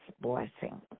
blessing